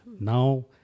Now